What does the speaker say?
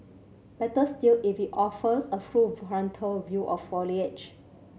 better still if it offers a full frontal view of foliage